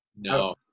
No